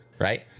right